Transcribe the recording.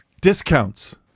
Discounts